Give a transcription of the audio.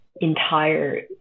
entire